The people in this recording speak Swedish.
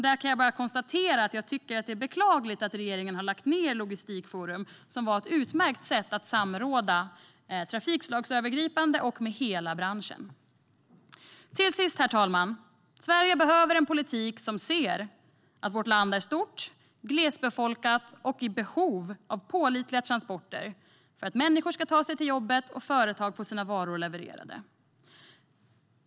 Jag kan bara konstatera att det är beklagligt att regeringen har lagt ned Logistikforum, som var ett utmärkt sätt att samråda trafikslagsövergripande och med hela branschen. Herr talman! Sverige behöver en politik som ser att vårt land är stort, glesbefolkat och i behov av pålitliga transporter så att människor kan ta sig till jobbet och företag få sina varor levererade.